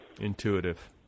Intuitive